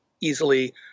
easily